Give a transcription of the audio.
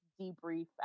debrief